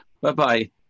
bye-bye